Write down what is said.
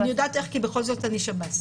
אני יודעת איך כי בכל זאת אני שב"ס.